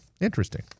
interesting